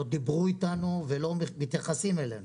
לא דיברו איתנו ולא מתייחסים אלינו.